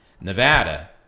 Nevada